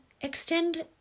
extend